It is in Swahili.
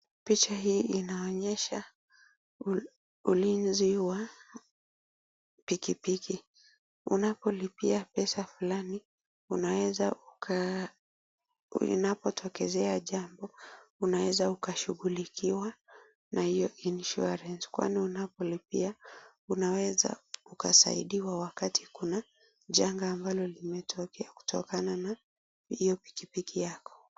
Pich hii inaonyesha ul ulinzi wa pikipiki. Unapolipia pesa fulani unaweza uka inapotokezea jamboa unaweza ukashughulikiwa na hiyo insurance kwani unapolipia unaweza ukasaidiwa wakati kuna janga ambalo limetokea kutokana na hiyo pikipiki yako.